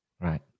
right